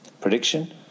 Prediction